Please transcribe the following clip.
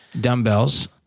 dumbbells